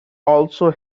also